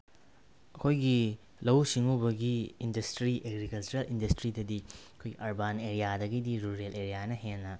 ꯑꯩꯈꯣꯏꯒꯤ ꯂꯧꯎ ꯁꯤꯡꯎꯕꯒꯤ ꯏꯟꯗꯁꯇ꯭ꯔꯤ ꯑꯦꯒ꯭ꯔꯤꯀꯜꯆꯔ ꯏꯟꯗꯁꯇ꯭ꯔꯤꯗꯗꯤ ꯑꯩꯈꯣꯏ ꯑꯔꯕꯥꯟ ꯑꯦꯔꯤꯌꯥꯗꯒꯤꯗꯤ ꯔꯨꯔꯦꯜ ꯑꯦꯔꯤꯌꯥꯅ ꯍꯦꯟꯅ